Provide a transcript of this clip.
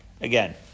Again